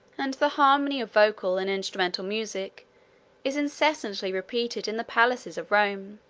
and the harmony of vocal and instrumental music is incessantly repeated in the palaces of rome.